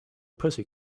pussy